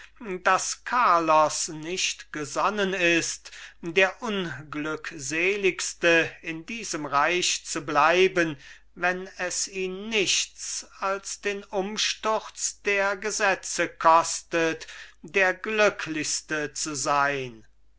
daß carlos nicht gesonnen ist der unglückseligste in diesem reich zu bleiben wenn es ihn nichts als den umsturz der gesetze kostet der glücklichste zu sein